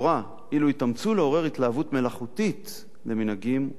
אילו התאמצו לעורר התלהבות מלאכותית למנהגים ולמסורת,